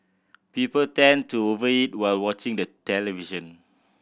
people tend to over eat while watching the television